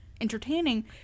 entertaining